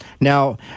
Now